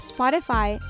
Spotify